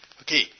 Okay